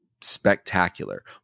spectacular